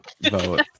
vote